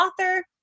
author